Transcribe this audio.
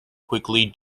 quickly